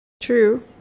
True